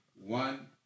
one